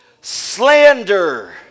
slander